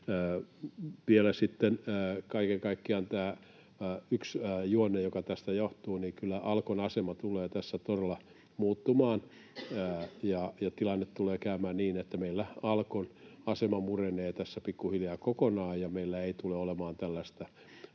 kaiken kaikkiaan tämä yksi juonne, joka tästä johtuu, on se, että kyllä Alkon asema tulee tässä todella muuttumaan. Tulee käymään niin, että meillä Alkon asema murenee pikkuhiljaa kokonaan ja meillä ei tule olemaan tällaista